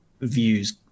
views